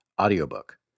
audiobook